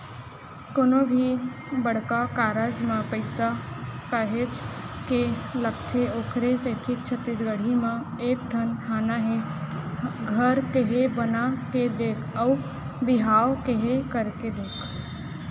कोनो भी बड़का कारज म पइसा काहेच के लगथे ओखरे सेती छत्तीसगढ़ी म एक ठन हाना हे घर केहे बना के देख अउ बिहाव केहे करके देख